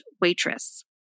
Waitress